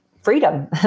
freedom